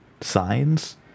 signs